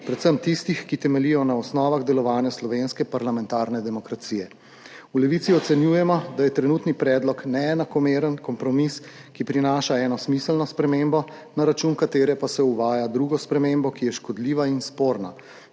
predvsem tistih, ki temeljijo na osnovah delovanja slovenske parlamentarne demokracije. V Levici ocenjujemo, da je trenutni predlog neenakomeren kompromis, ki prinaša eno smiselno spremembo, na račun katere pa se uvaja drugo spremembo, ki je škodljiva in sporna,